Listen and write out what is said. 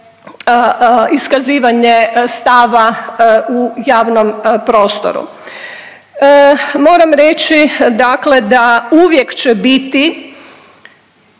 iskazivanje stava u javnom prostoru. Moram reći, dakle da uvijek će biti